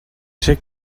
ser